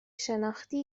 شناختی